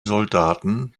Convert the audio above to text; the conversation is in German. soldaten